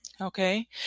Okay